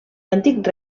l’antic